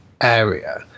area